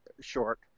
short